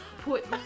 put